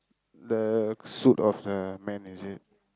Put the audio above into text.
the suit of the man is it